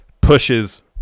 Pushes